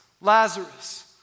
Lazarus